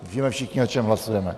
Víme všichni, o čem hlasujeme.